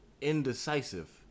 indecisive